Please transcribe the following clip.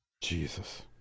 Jesus